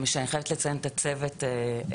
שאני גם חייבת לציין את הצוות שלה,